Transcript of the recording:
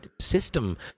system